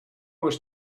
was